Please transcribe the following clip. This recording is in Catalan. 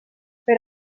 per